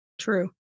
True